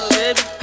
baby